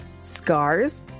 scars